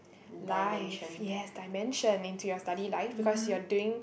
life yes dimension into your study life because you're doing